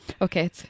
Okay